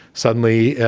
suddenly,